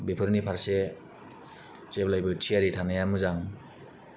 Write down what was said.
बेफोरनि फारसे जेब्लायबो थियारि थानाया मोजां